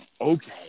okay